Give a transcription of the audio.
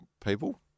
people